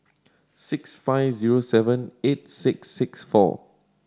six five zero seven eight six six four